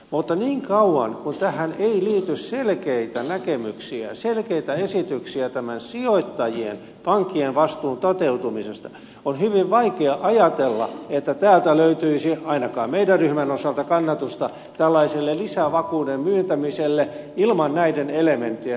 mutta niin kauan kuin tähän ei liity selkeitä näkemyksiä selkeitä esityksiä sijoittajien pankkien vastuun toteutumisesta on hyvin vaikea ajatella että täältä löytyisi ainakaan meidän ryhmämme osalta kannatusta tällaiselle lisävakuuden myöntämiselle ilman näiden elementtien mukanaoloa